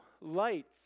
lights